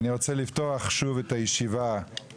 אנחנו רוצים להגיע בעזרת ה' בתוך הזמן הקצר האפשרי